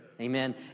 Amen